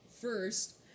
First